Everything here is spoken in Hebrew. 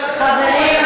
חברים,